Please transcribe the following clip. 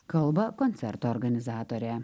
kalba koncerto organizatorė